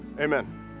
amen